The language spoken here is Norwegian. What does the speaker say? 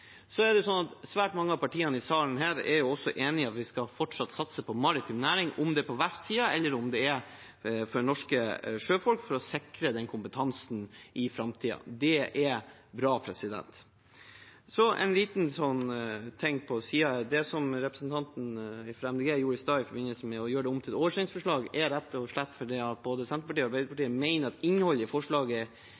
Svært mange av partiene i salen er også enig i at vi fortsatt skal satse på maritim næring, om det er på verftssiden eller om det er for norske sjøfolk, for å sikre den kompetansen i framtiden. Det er bra. Så en liten ting, på siden: Det at representanten fra Miljøpartiet De Grønne i stad gjorde om forslaget deres til et oversendelsesforslag, er rett og slett fordi både Senterpartiet og